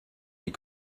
des